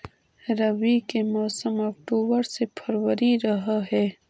रब्बी के मौसम अक्टूबर से फ़रवरी रह हे